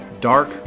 dark